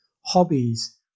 hobbies